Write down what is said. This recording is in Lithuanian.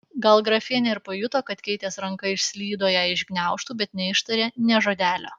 gal grafienė ir pajuto kad keitės ranka išslydo jai iš gniaužtų bet neištarė nė žodelio